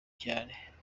cyane